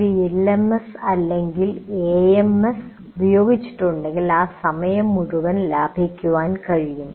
ഒരു എൽഎംഎസ് അല്ലെങ്കിൽ AMS academic management system ഉപയോഗിച്ചിട്ടുണ്ടെങ്കിൽ ആ സമയം മുഴുവൻ ലാഭിക്കാൻ കഴിയും